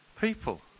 people